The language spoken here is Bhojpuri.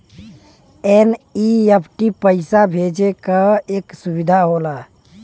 एन.ई.एफ.टी पइसा भेजे क एक सुविधा होला